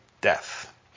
death